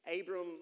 Abram